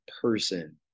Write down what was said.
person